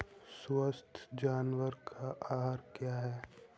स्वस्थ जानवर का आहार क्या है?